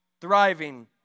thriving